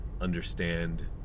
understand